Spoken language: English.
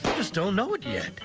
just don't know it yet.